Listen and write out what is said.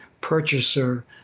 purchaser